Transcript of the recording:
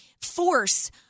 force